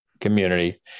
community